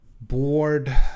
bored